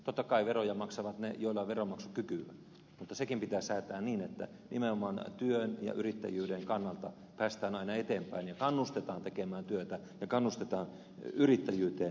totta kai veroja maksavat ne joilla on veronmaksukykyä mutta sekin pitää säätää niin että nimenomaan työn ja yrittäjyyden kannalta päästään aina eteenpäin ja kannustetaan tekemään työtä ja kannustetaan yrittäjyyteen